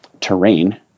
terrain